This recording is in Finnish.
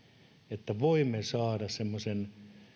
että voimme saada semmoisen